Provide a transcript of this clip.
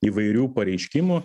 įvairių pareiškimų